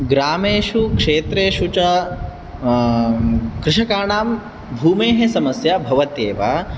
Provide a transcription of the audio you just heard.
ग्रामेषु क्षेत्रेषु च कृषकाणां भूमेः समस्या भवत्येव